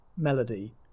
melody